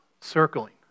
circling